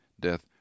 death